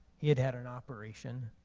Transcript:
he had had an operation,